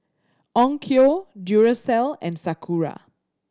Onkyo Duracell and Sakura